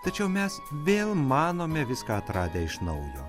tačiau mes vėl manome viską atradę iš naujo